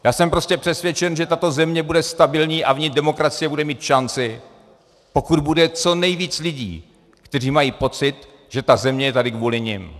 Já jsem prostě přesvědčen, že tato země bude stabilní a demokracie v ní bude mít šanci, pokud bude co nejvíc lidí, kteří mají pocit, že ta země je tady kvůli nim.